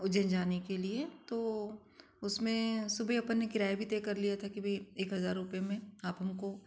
उज्जैन जाने के लिए तो उसमें सुबह अपन ने किराया भी तय कर लिया था कि भाई एक हज़ार रुपए में आप हमको